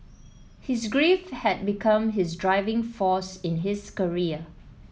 his grief had become his driving force in his career